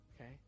Okay